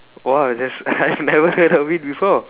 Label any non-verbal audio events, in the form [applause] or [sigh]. !wow! that's [laughs] I've never heard of it before